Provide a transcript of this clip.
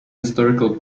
historical